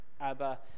Abba